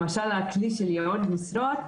למשל הכלי של ייעוד משרות,